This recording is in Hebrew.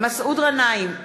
מסעוד גנאים,